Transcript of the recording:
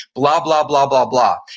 blah, blah, blah, blah, blah.